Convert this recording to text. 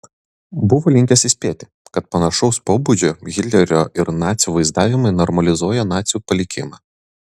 buvo linkęs įspėti kad panašaus pobūdžio hitlerio ir nacių vaizdavimai normalizuoja nacių palikimą